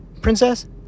princess